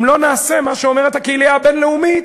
אם לא נעשה מה שאומרת הקהילייה הבין-לאומית,